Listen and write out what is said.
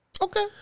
Okay